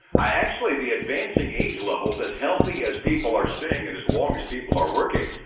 i actually the advancing age levels, as healthy as people are staying and as long as people are working,